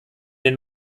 den